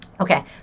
Okay